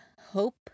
hope